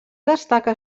destaca